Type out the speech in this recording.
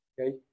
Okay